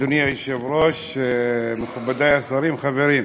אדוני היושב-ראש, מכובדי השרים, חברים,